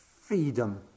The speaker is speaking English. freedom